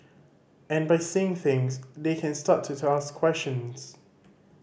and by seeing things they can start to ask questions